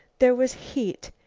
there was heat,